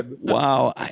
Wow